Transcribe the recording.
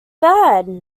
bad